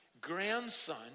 grandson